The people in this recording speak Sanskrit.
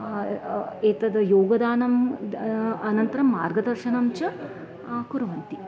एतत् योगदानं द अनन्तरं मार्गदर्शनं च कुर्वन्ति